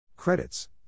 Credits